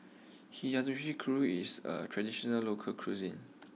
Hiyashi Chuka is a traditional local cuisine